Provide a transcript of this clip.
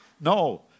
No